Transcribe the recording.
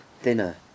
thinner